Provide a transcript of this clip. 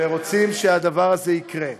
ורוצים שהדבר הזה יקרה.